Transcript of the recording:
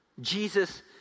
Jesus